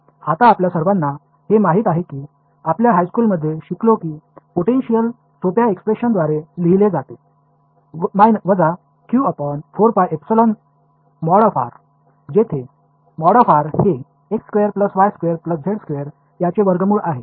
आता आपल्या सर्वांना हे माहित आहे की आपल्या हायस्कूल मध्ये शिकलो की पोटेन्शिअल सोप्या एक्सप्रेशनद्वारे लिहिले जाते वजा q4πε।r। जेथे ।r। हे x2 y2 z2 याचे वर्गमूळ आहे